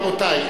רבותי.